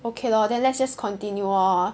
okay lor then let's just continue lor